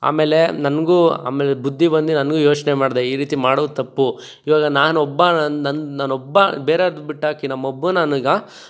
ಆಮೇಲೆ ನನಗು ಆಮೇಲೆ ಬುದ್ದಿ ಬಂದು ನನಗು ಯೋಚನೆ ಮಾಡಿದೆ ಈ ರೀತಿ ಮಾಡೋದು ತಪ್ಪು ಇವಾಗ ನಾನೊಬ್ಬ ನನ್ನ ನನ್ನ ನಾನೊಬ್ಬ ಬೇರೆಯವ್ರದು ಬಿಟ್ಟಾಕಿ ನಮ್ಮೊಬ್ಬ ನನಗ